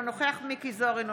אינו נוכח מכלוף מיקי זוהר,